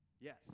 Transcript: Yes